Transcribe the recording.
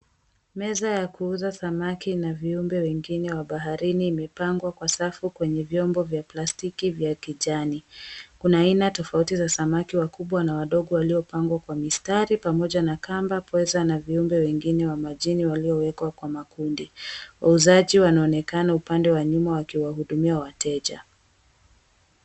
Meza ya kuuza samaki ina viumbe wengine wa baharini, vimepangwa kwa safu kwenye vyombo vya plastiki vya kijani. Kuna aina nyungi ya samaki, wakubwa na wadogo waliopangwa kwa mistari pamoja na kamba, pweza na viumbe wengine wa majini waliowekwa kwa kundi. Wauzaji wanaonekana upande wa nyuma wakiwahudumia wateja.